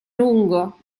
lungo